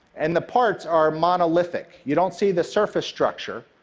and the parts are monolithic. you don't see the surface structure.